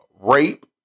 rape